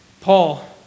Paul